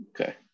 Okay